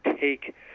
take